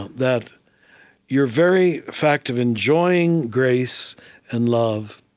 that your very fact of enjoying grace and love